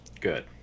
good